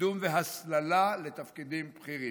לקידום והסללה לתפקידים בכירים.